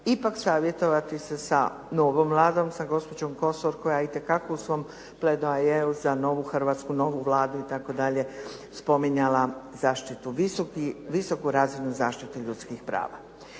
ipak savjetovati se sa novom Vladom sa gospođom Kosor koja itekako u svom pledoajeu za novu hrvatsku Vladu spominjala visoku razinu zaštite ljudskih prava.